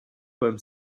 beim